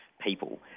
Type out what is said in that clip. people